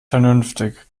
vernünftig